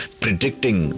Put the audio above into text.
predicting